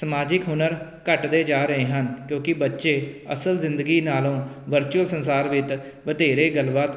ਸਮਾਜਿਕ ਹੁਨਰ ਘੱਟਦੇ ਜਾ ਰਹੇ ਹਨ ਕਿਉਂਕਿ ਬੱਚੇ ਅਸਲ ਜ਼ਿੰਦਗੀ ਨਾਲੋਂ ਵਰਚੁਅਲ ਸੰਸਾਰ ਵਿੱਚ ਵਧੇਰੇ ਗੱਲਬਾਤ